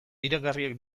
iraingarriak